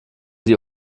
die